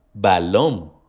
balón